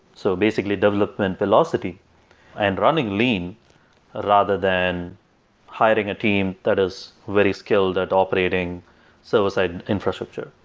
so basically, development velocity and running lean rather than hiring a team that is very skilled at operating server-side infrastructure.